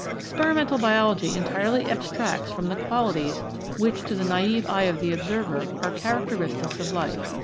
experimental biology entirely abstracts from the qualities which to the naive eye of the observer are characteristics of life.